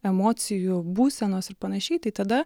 emocijų būsenos ir panašiai tai tada